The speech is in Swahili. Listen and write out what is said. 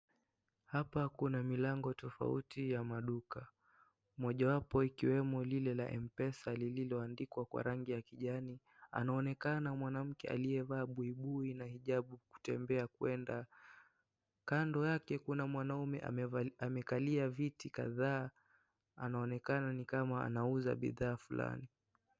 Hapa kuna milango tofauti ya maduka. Moja wapo ikiwemo lile la mpesa lililoandikwa kwa rangi ya kijani. Anaonekana mwanamke aliyavaa buibui na hijabu kutembea kwenda. Kando yake kuna mwanaume amekalia viti kadhaa. Anaonekana ni kama anauza bidhaa fulani.